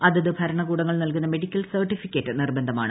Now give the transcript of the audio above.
അതത് ഭരണകൂടങ്ങൾ നൽകുന്ന മെഡിക്കൽ സർട്ടിഫിക്കറ്റ് നിർബന്ധമാണ്